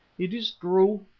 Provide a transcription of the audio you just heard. it is true,